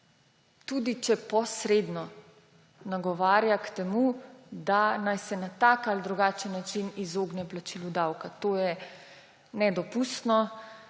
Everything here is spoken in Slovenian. tudi če posredno, nagovarja k temu, da naj se na takšen ali drugačen način izogne plačilu davka. To je nedopustno.